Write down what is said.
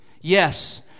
Yes